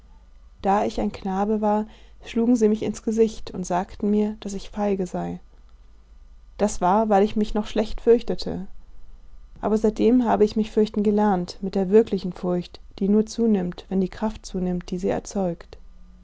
da ich ein knabe war schlugen sie mich ins gesicht und sagten mir daß ich feige sei das war weil ich mich noch schlecht fürchtete aber seitdem habe ich mich fürchten gelernt mit der wirklichen furcht die nur zunimmt wenn die kraft zunimmt die sie erzeugt